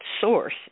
source